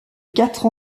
quatre